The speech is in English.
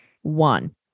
one